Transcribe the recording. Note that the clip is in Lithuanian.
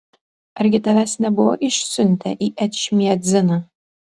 argi tavęs nebuvo išsiuntę į ečmiadziną